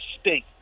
stink